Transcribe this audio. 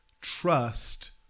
Trust